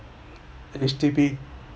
H_D_B